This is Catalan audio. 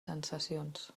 sensacions